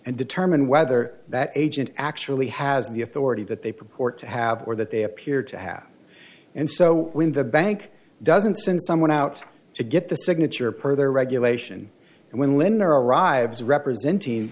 and determine whether that agent actually has the authority that they purport to have or that they appear to have and so when the bank doesn't send someone out to get the signature per their regulation and when arrives representing